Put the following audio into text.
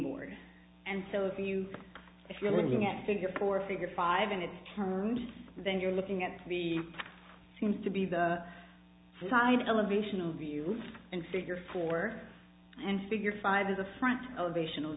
board and so if you if you're looking at figures for figure five in its turn then you're looking at the seems to be the sign elevation of you and figure four and figure five is a front elevation